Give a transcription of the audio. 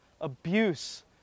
abuse